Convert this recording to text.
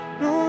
no